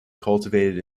cultivated